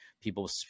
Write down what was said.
people